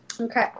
Okay